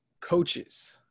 coaches